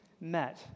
met